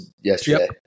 yesterday